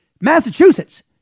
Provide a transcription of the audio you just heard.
Massachusetts